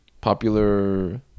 popular